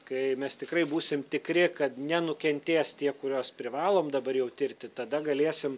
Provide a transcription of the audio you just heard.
kai mes tikrai būsim tikri kad nenukentės tie kuriuos privalom dabar jau tirti tada galėsim